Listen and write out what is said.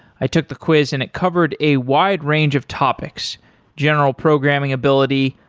i took the quiz and it covered a wide range of topics general programming ability,